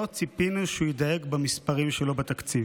לא ציפינו שהוא ידייק במספרים שלו בתקציב.